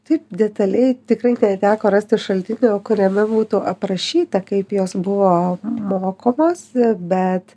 taip detaliai tikrai neteko rasti šaltinio kuriame būtų aprašyta kaip jos buvo mokomos bet